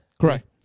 Correct